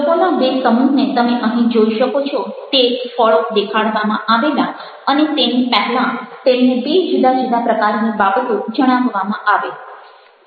લોકોના બે સમૂહને તમે અહીં જોઈ શકો છો તે ફળો દેખાડવામાં આવેલા અને તેની પહેલાં તેમને બે જુદા જુદા પ્રકારની બાબતો જણાવવામાં આવેલ